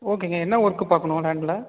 ஓகேங்க என்ன ஒர்க்கு பார்க்கணும் லேண்ட்டில்